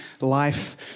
life